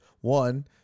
One